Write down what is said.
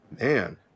man